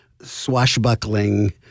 swashbuckling